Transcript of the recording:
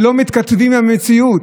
שלא מתכתבים עם המציאות.